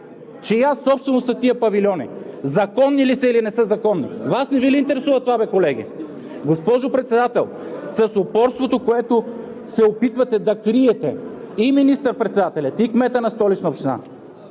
чия собственост са тези павилиони, законни ли са, или не са законни? Вас това не Ви ли интересува, колеги? Госпожо Председател, с упорството, с което се опитвате да криете и министър-председателя, и кмета на Столична община,